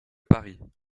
paris